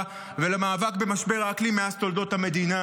ולמאבק במשבר האקלים מאז תולדות המדינה.